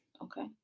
Okay